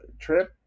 trip